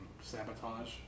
Sabotage